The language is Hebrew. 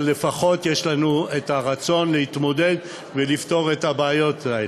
אבל לפחות יש לנו רצון להתמודד ולפתור את הבעיות האלה.